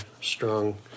strong